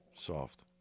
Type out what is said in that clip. Soft